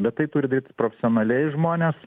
bet tai turi daryti profesionaliai žmonės